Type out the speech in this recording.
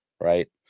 right